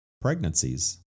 pregnancies